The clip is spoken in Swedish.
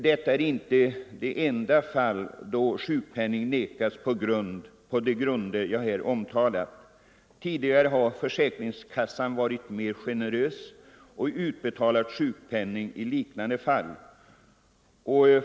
Detta är inte det enda fall där sjukpenning nekats på de grunder jag här omtalat. Tidigare har försäkringskassan varit mer generös och utbetalat sjukpenning i liknande fall.